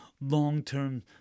long-term